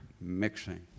mixing